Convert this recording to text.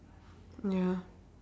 ya